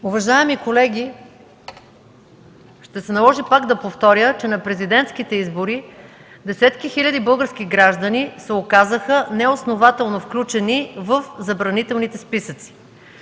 Уважаеми колеги, ще се наложи пак да повторя, че на президентските избори десетки хиляди български граждани се оказаха неоснователно включени в забранителните списъци.